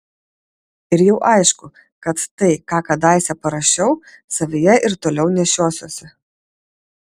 ir jau aišku kad tai ką kadaise parašiau savyje ir toliau nešiosiuosi